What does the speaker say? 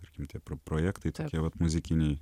tarkim tie projektai tokie vat muzikiniai